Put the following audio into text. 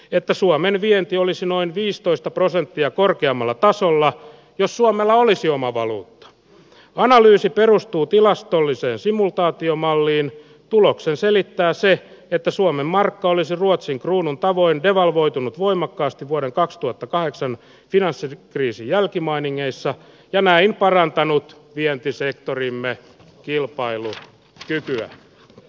että suomen vienti olisi noin viisitoista prosenttia korkeammalla tasolla jos suomella olisi oma valuutta analyysi perustuu tilastolliseen simultaatiomalliin tuloksen selittää se että suomen markka olisi ruotsin kruunun tavoin devalvoitunut voimakkaasti vuoden kaksituhattakahdeksan finanssit kriisin jälkimainingeissa ja näin parantanut vientisektorimme kilpailut cityn